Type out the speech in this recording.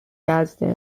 gadsden